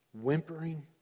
whimpering